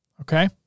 okay